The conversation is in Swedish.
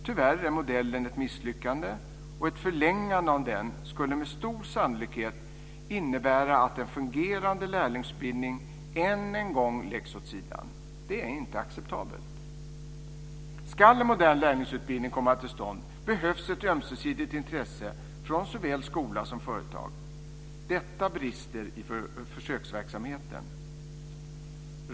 Tyvärr är modellen ett misslyckande, och ett förlängande av den skulle med stor sannolikhet innebära att en fungerande lärlingsutbildning än en gång läggs åt sidan. Det är inte acceptabelt. Ska en modern lärlingsutbildning komma till stånd behövs ett ömsesidigt intresse från såväl skola som företag. Detta brister i försöksverksamheten.